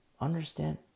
Understand